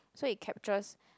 so it captures